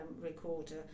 recorder